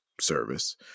service